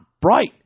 bright